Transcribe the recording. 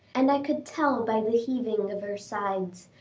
and i could tell by the heaving of her sides,